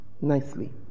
nicely